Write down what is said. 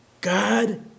God